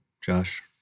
Josh